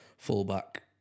full-back